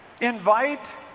invite